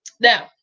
Now